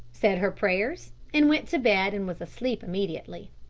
said her prayers and went to bed and was asleep immediately.